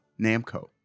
Namco